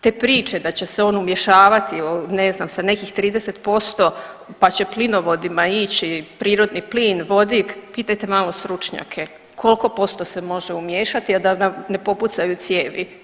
Te priče da će se on umješavati ne znam sa nekih 30% pa će plinovodima ići prirodni plin, vodik, pitajte malo stručnjake koliko posto se može umiješati, a da nam ne popucaju cijevi.